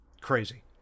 Crazy